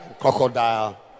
crocodile